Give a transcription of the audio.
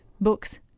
books